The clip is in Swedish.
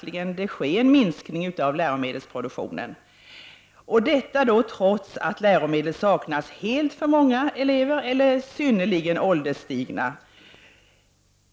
det bli en minskning av läromedelsproduktionen — detta trots att många elever helt saknar läromedel eller att läromedlen är synnerligen ålderstigna.